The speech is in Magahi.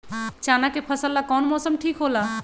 चाना के फसल ला कौन मौसम ठीक होला?